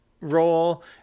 role